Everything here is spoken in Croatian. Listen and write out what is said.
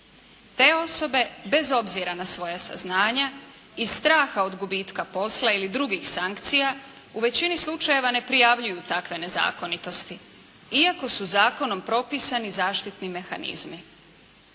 Te osobe bez obzira na svoja saznanja iz straha od gubitka posla ili drugih sankcija, u većini slučajeva ne prijavljuju takve nezakonitosti, iako su zakonom propisani zaštitni mehanizmi.